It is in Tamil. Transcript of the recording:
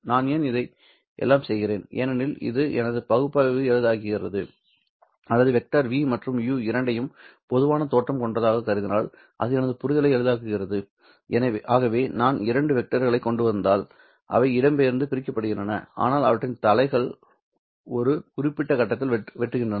நான் ஏன் இதை எல்லாம் செய்கிறேன் ஏனெனில் இது எனது பகுப்பாய்வை எளிதாக்குகிறது அல்லது வெக்டர்கள் v மற்றும் u இரண்டையும் பொதுவான தோற்றம் கொண்டதாகக் கருதினால் அது எனது புரிதலை எளிதாக்குகிறது ஆகவே நான் இரண்டு வெக்டர்களைக் கொண்டுவந்தால் அவை இடம்பெயர்ந்து பிரிக்கப்படுகின்றன ஆனால் அவற்றின் தலைகள் ஒரு குறிப்பிட்ட கட்டத்தில் வெட்டுகின்றன